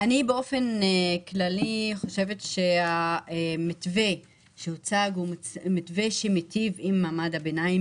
אני באופן כללי חושבת שהמתווה שהוצג הוא מתווה שמיטיב עם מעמד הביניים